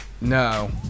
No